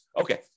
Okay